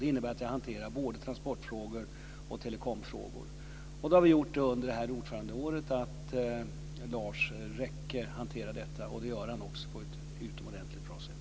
Det innebär att jag hanterar både transportfrågor och telekomfrågor. Under ordförandeåret har vi gjort så att Lars Rekke hanterar energifrågorna. Det gör han på ett utomordentligt bra sätt.